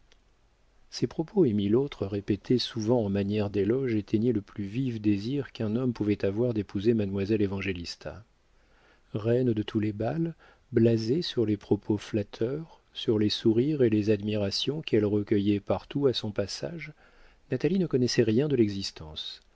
ces propos et mille autres répétés souvent en manière d'éloge éteignaient le plus vif désir qu'un homme pouvait avoir d'épouser mademoiselle évangélista reine de tous les bals blasée sur les propos flatteurs sur les sourires et les admirations qu'elle recueillait partout à son passage natalie ne connaissait rien de l'existence